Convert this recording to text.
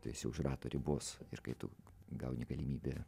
tu esi už rato ribos ir kai tu gauni galimybę